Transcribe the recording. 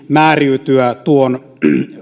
määräytyä tuon